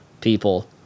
people